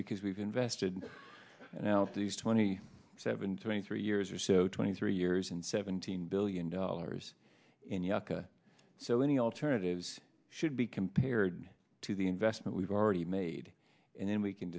because we've invested in out these twenty seven twenty three years or so twenty three years and seventeen billion dollars in yucca so any alternatives should be compared to the investment we've already made and then we can